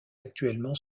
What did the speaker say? actuellement